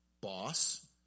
boss